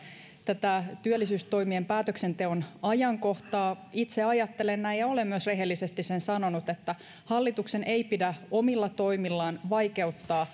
työllisyystoimien päätöksenteon ajankohtaa itse ajattelen ja olen myös rehellisesti sen sanonut että hallituksen ei pidä omilla toimillaan vaikeuttaa